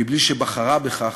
מבלי שבחרה בכך,